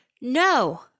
No